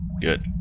Good